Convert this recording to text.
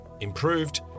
improved